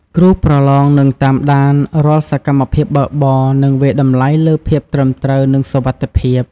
គ្រូប្រឡងនឹងតាមដានរាល់សកម្មភាពបើកបរ និងវាយតម្លៃលើភាពត្រឹមត្រូវ និងសុវត្ថិភាព។